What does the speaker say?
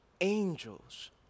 angels